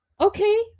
Okay